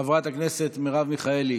חברת הכנסת מרב מיכאלי,